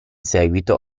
seguito